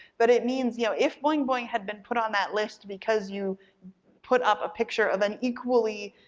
but it means, you know, if boing boing had been put on that list because you put up a picture of an equally